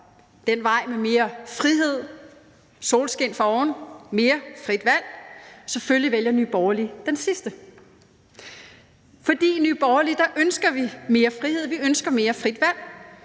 den vej med mere frihed, solskin fra oven, mere frit valg? Selvfølgelig vælger Nye Borgerlige den sidste. I Nye Borgerlige ønsker vi mere frihed, vi ønsker mere frit valg,